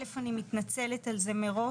אלף אני מתנצלת על זה מראש,